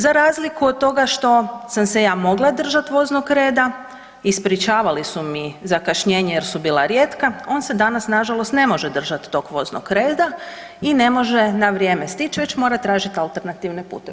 Za razliku od toga što sam se ja mogla držat voznog reda, ispričavali su mi zakašnjenje jer su bila rijetka, on se danas nažalost ne može držati tog voznog reda i ne može na vrijeme stići već mora tražiti alternativne puteve.